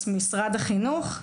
משרד החינוך.